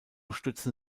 stützen